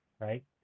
right